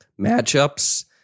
Matchups